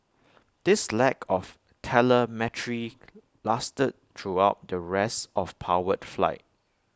this lack of telemetry lasted throughout the rest of powered flight